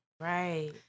Right